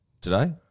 today